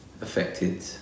affected